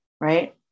right